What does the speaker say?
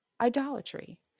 idolatry